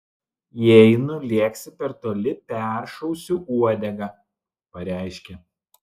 jei nulėksi per toli peršausiu uodegą pareiškė